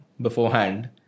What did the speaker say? beforehand